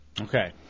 Okay